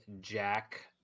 Jack